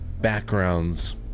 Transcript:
backgrounds